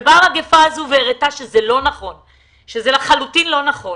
ובאה המגפה הזו והראתה שזה לחלוטין לא נכון,